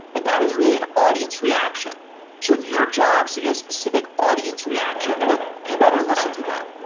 and that is really an audience reaction so if your job is to get a specific audience reaction, well, you better listen to them.